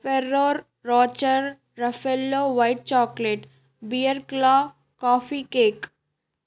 Ferrero Rocher Raffaello white chocolate bear claw coffee cake